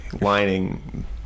lining